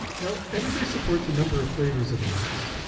now editeur supports a number of flavours of onix.